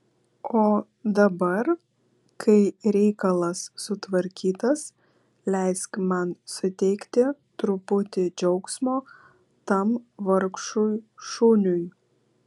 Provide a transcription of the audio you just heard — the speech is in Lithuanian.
o dabar kai reikalas sutvarkytas leisk man suteikti truputį džiaugsmo tam vargšui šuniui